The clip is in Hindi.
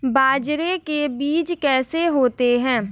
बाजरे के बीज कैसे होते हैं?